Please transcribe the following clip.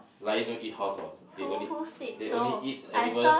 lion don't eat horse they only they only eat animals